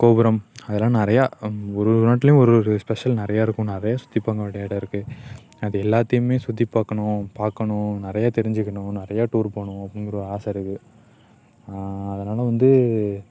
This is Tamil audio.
கோபுரம் அதெலாம் நிறையா ஒரு ஒரு நாட்லையும் ஒரு ஒரு ஸ்பெஷல் நிறையா இருக்கும் நிறையா சுற்றி பார்க்க வேண்டிய இடம் இருக்குது அது எல்லாத்தியுமே சுற்றி பார்க்கணும் பார்க்கணும் நிறையா தெரிஞ்சுக்கணும் நிறையா டூர் போகணும் அப்படிங்கற ஒரு ஆசை இருக்குது அதனால வந்து